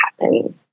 happen